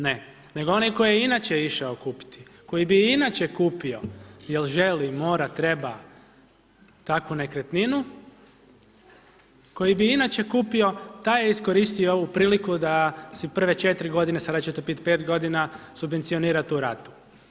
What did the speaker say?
Ne, nego onaj koji je inače išao kupiti, koji bi je i inače kupio jer želi, mora, treba takvu nekretninu koji bi inače kupio taj je iskoristio ovu priliku da si prve četiri godine, sada će to biti pet godina subvencionira tu ratu.